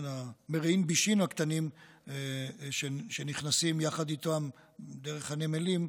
המרעין בישין הקטנים שנכנסים יחד איתם דרך הנמלים,